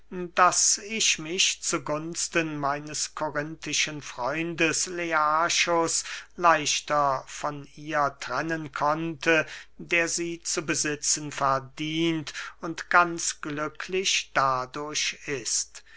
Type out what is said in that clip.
daß ich mich zu gunsten meines korinthischen freundes learchus leichter von ihr trennen konnte der sie zu besitzen verdient und ganz glücklich dadurch ist